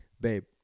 Babe